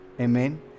Amen